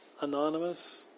anonymous